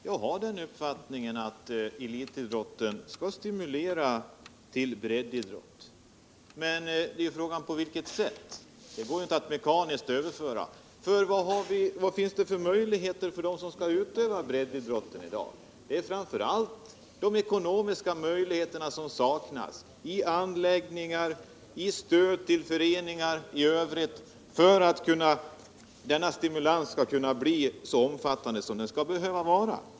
Herr talman! Min uppfattning är att elitidrott skall stimulera till breddidrott. Men frågan är på vilket sätt. Det går inte att mekaniskt överföra. Vilka möjligheter finns det i dag att utöva breddidrou? Framför allt saknas det tillräckligt med anläggningar och ges för litet stöd till föreningarna för att dessa skall kunna stimulera till en omfattande breddidrott.